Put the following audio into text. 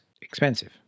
expensive